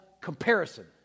comparison